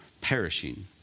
perishing